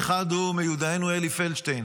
האחד הוא מיודעינו אלי פלדשטיין